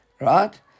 right